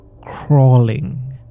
crawling